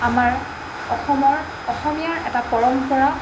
আমাৰ অসমৰ অসমীয়াৰ এটা পৰম্পৰা